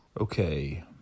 Okay